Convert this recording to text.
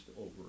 over